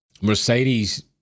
mercedes